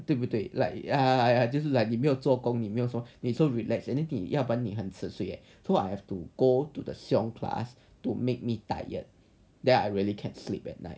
对不对 like err just like 你没有做工你没有 you so relax and then 要不然你很迟睡 leh so I have to go to the xiong class to make me tired then I really can sleep at night